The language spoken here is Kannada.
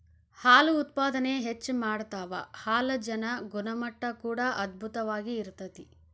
ಹಾಲು ಉತ್ಪಾದನೆ ಹೆಚ್ಚ ಮಾಡತಾವ ಹಾಲಜನ ಗುಣಮಟ್ಟಾ ಕೂಡಾ ಅಧ್ಬುತವಾಗಿ ಇರತತಿ